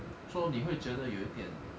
so 你会觉得有一点